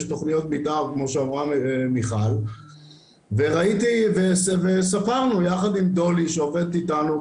תשמע, על אף שאני שמאי ולא מעריך, אני אומר לך